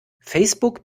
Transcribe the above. facebook